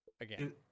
Again